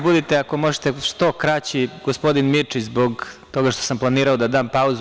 Budite ako možete što kraći, gospodine Mirčiću, zbog toga što sam planirao da dam pauzu.